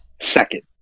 second